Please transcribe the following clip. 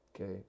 okay